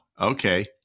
Okay